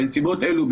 בנסיבות אלו,